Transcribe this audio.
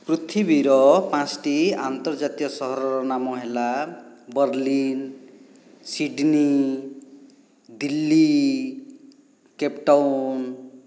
ପୃଥିବୀର ପାଞ୍ଚଟି ଅନ୍ତର୍ଜାତୀୟ ସହରର ନାମ ହେଲା Berlin Sydney Delhi Cape town